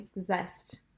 zest